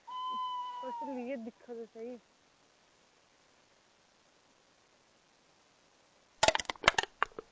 तुस इसी दिक्खो ते सेही